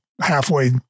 halfway